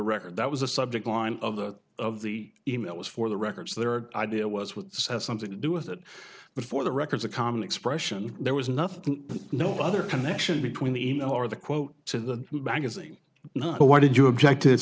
record that was a subject line of that of the email was for the records their idea was with something to do with it but for the records a common expression there was nothing no other connection between the email or the quote to the magazine why did you object